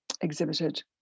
exhibited